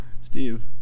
Steve